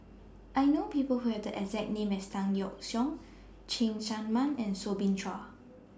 I know People Who Have The exact name as Tan Yeok Seong Cheng Tsang Man and Soo Bin Chua